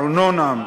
ארנונה,